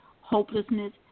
Hopelessness